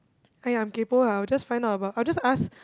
!aiya! I'm kaypo ah I'll just find out about I'll just ask